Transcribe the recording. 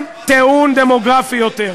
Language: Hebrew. אין טיעון דמוגרפי יותר.